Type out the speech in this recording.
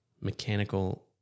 mechanical